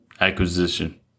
acquisition